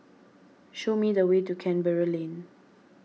show me the way to Canberra Lane